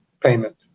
payment